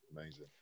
Amazing